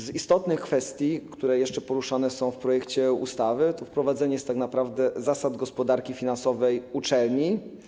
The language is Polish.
Z istotnych kwestii, które są jeszcze poruszone w projekcie ustawy, jest wprowadzenie tak naprawdę zasad gospodarki finansowej uczelni.